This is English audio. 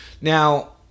Now